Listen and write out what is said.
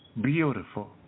beautiful